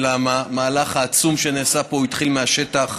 המהלך העצום שנעשה פה התחיל מהשטח.